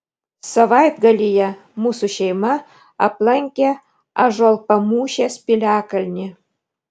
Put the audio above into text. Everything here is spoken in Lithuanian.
savaitgalyje mūsų šeima aplankė ąžuolpamūšės piliakalnį